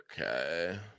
Okay